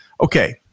Okay